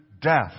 death